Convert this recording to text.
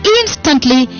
instantly